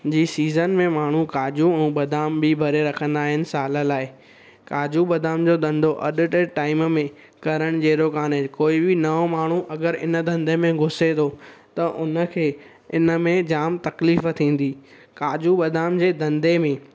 जी season में माण्हू काजू ऐं बदाम बि भरे रखंदा आहिनि साल लाइ काजू बदाम जो धंधो अॼु जे टाइम में करण जहिड़ो कान्हे कोई बि नओ माण्हू अगरि इन धंधे में घुसे थो त उनखे इनमें जाम तकलीफ़ थींदी काजू बदाम जे धंधे में